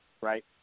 right